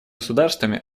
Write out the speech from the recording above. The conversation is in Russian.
государствами